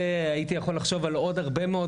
הייתי יכול לחשוב על עוד הרבה מאוד